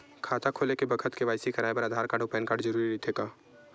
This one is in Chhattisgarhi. खाता खोले के बखत के.वाइ.सी कराये बर आधार कार्ड अउ पैन कार्ड जरुरी रहिथे